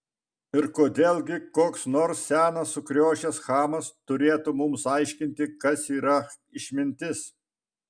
ir kodėl gi koks nors senas sukriošęs chamas turėtų mums aiškinti kas yra išmintis